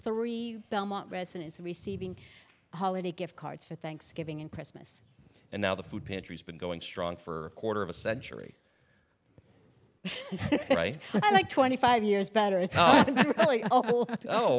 three belmont residents receiving holiday gift cards for thanksgiving and christmas and now the food pantries been going strong for a quarter of a century like twenty five years b